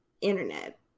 internet